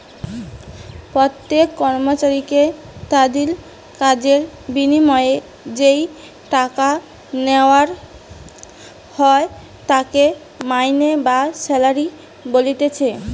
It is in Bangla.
প্রত্যেক কর্মচারীকে তাদির কাজের বিনিময়ে যেই টাকা লেওয়া হয় তাকে মাইনে বা স্যালারি বলতিছে